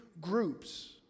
groups